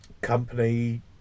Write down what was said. Company